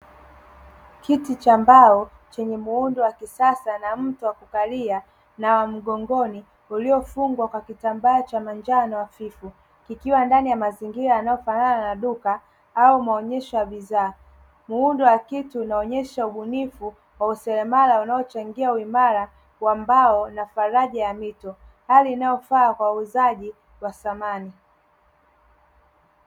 Kiti cha mbao chenye muundo wa kisasa na mto wa kukalia na wa mgongoni uliofungwa kwaa kitambaa cha manjano hafifu, kikiwa ndani ya mazingira yanayofanana na duka au maonyesho ya bidhaa. Muundo wa kiti unaonyesha ubunifu wa userema unaochangia uimara wa mbao na faraja ya mito; hali inayofaa kwa uuzaji wa samani.